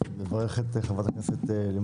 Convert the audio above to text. אנחנו נעבור על אותם סעיפים שהקראנו, נסיים